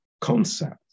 concept